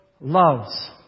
loves